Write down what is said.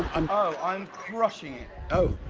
ah i'm crushing it.